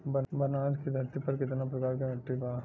बनारस की धरती पर कितना प्रकार के मिट्टी बा?